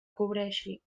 cobreixi